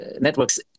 networks